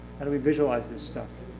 how do we visualize this stuff?